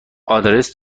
آدرس